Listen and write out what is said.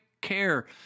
care